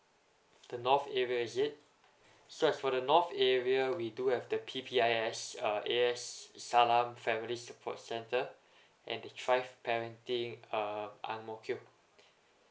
the north area is it so as for the north area we do have the P_P_I_S uh as salaam family support centre and the thrive parenting uh ang mo kio